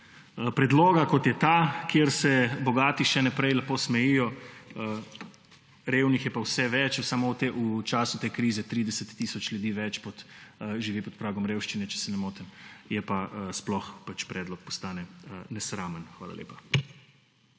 Predlog, kot je ta, kjer se bogati še naprej lepo smejijo, revnih je pa vse več – samo v času te krize 30 tisoč ljudi več živi pod pragom revščine, če se ne motim – pa postane nesramen. Hvala lepa.